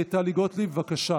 התקבל בקריאה